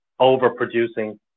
overproducing